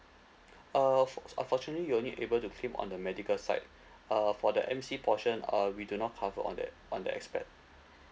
uh for unfortunately you'll only able to claim on the medical side uh for the M_C portion uh we do not cover on that on that aspect